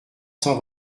cent